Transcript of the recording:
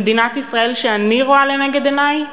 במדינת ישראל שאני רואה לנגד עיני,